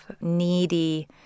needy